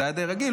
זה היה די רגיל,